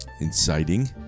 inciting